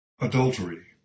adultery